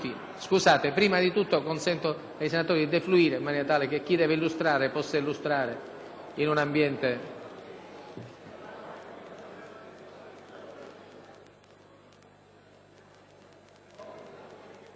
in un ambiente